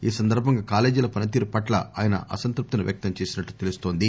ఈ సందర్భంగా కాలేజీల పనితీరు పట్ల ఆయన అసంతృప్తిని వ్యక్తం చేసినట్లు తెలుస్తోంది